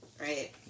right